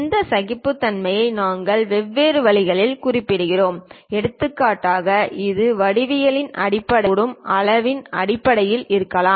இந்த சகிப்புத்தன்மையை நாங்கள் வெவ்வேறு வழிகளில் குறிப்பிடுகிறோம் எடுத்துக்காட்டாக இது வடிவவியலின் அடிப்படையிலும் இருக்கக்கூடிய அளவின் அடிப்படையில் இருக்கலாம்